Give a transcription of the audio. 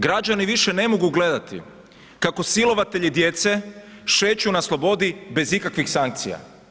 Građani više ne mogu gledati kako silovatelji djece šeću na slobodi bez ikakvih sankcija.